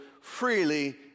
freely